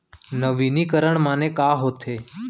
नवीनीकरण माने का होथे?